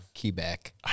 Quebec